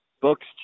books